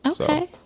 Okay